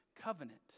covenant